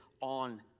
on